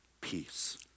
peace